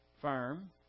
firm